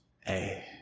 hey